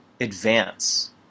advance